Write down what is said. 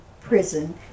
prison